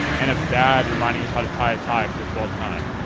and of dad reminding us how to tie a tie for the twelfth time.